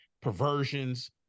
perversions